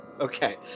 Okay